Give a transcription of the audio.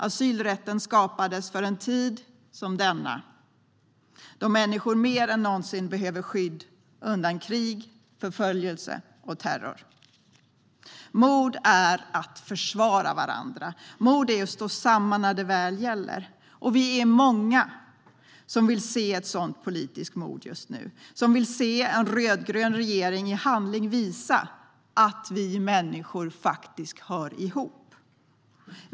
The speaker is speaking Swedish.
Asylrätten skapades för en tid som denna, då människor mer än någonsin behöver skydd undan krig, förföljelse och terror. Mod är att försvara varandra. Mod är att stå samman, när det väl gäller. Vi är många som vill se ett sådant politiskt mod just nu, som vill se en rödgrön regering i handling visa att vi människor faktiskt hör ihop.